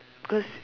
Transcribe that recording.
cause